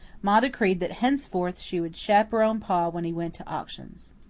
ma decreed that henceforth she would chaperon pa when he went to auctions.